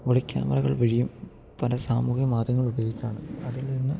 ഒളി ക്യാമറകൾ വഴിയും പല സാമൂഹിക മാധങ്ങൾ ഉപയോഗിച്ചാണ് അതിൽ നിന്ന്